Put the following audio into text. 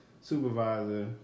supervisor